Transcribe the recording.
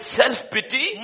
self-pity